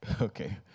Okay